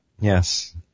Yes